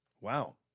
Wow